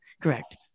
Correct